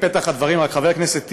רק בפתח הדברים, חבר הכנסת טיבי,